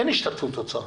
אין השתתפות אוצר.